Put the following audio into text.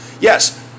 Yes